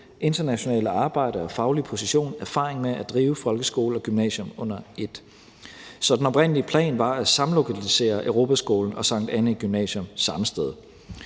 internationale arbejde og sin faglige position erfaring med at drive folkeskole og gymnasium under et, så den oprindelige plan var at samlokalisere Europaskolen og Sankt Annæ Gymnasium. Men